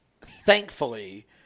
thankfully